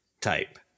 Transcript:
type